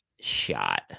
shot